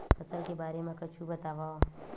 फसल के बारे मा कुछु बतावव